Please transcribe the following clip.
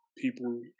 people